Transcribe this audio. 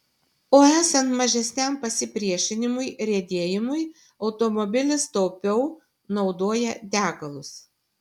o esant mažesniam pasipriešinimui riedėjimui automobilis taupiau naudoja degalus